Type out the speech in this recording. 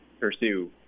pursue